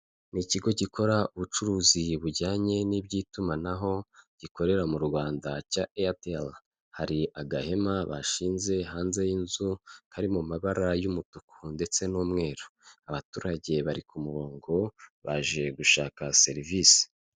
Ni ikigo gikora ubucuruzi bujyanye n'iby'itumanaho, gikorera mu Rwanda cya airtel, hari agahema bashinze hanze y'inzu kari mu mabara y'umutuku ndetse n'umweru, abaturage bari ku murongo, baje gushaka serivisi.